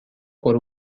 por